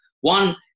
one